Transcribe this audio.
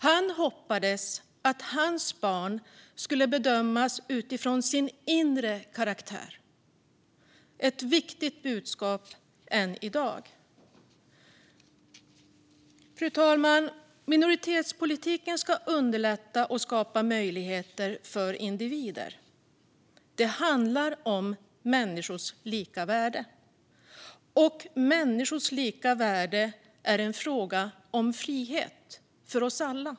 Han hoppades att hans barn skulle bedömas utifrån sin inre karaktär. Det är ett viktigt budskap än i dag. Fru talman! Minoritetspolitiken ska underlätta och skapa möjligheter för individer. Det handlar om människors lika värde. Människors lika värde är en fråga om frihet, för oss alla.